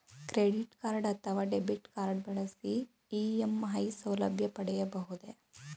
Credit card ಅಥವಾ debit card ಬಳಸಿ EMI ಸೌಲಭ್ಯ ಪಡೆಯಬಹುದೇ?